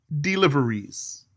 deliveries